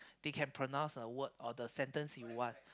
they can pronounce the word or the sentence you want